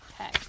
Okay